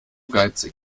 geizig